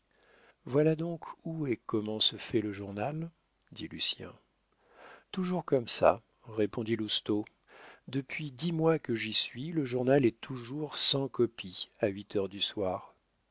voilà donc où et comment se fait le journal dit lucien toujours comme ça répondit lousteau depuis dix mois que j'y suis le journal est toujours sans copie à huit heures du soir